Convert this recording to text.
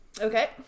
Okay